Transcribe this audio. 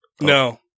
no